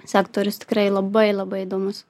sektorius tikrai labai labai įdomus